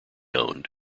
owned